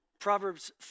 Proverbs